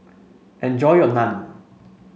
enjoy your Naan